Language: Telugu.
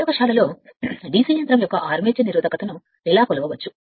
ప్రయోగశాలలో DC యంత్రం యొక్క ఆర్మేచర్ నిరోధకతను ఎలా కొలవవచ్చు